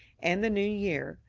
and the new year,